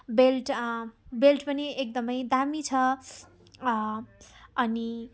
belt belt पनि एकदमै दामी छ अनि